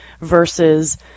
versus